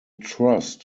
trust